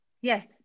Yes